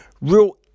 real